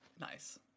nice